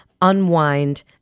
unwind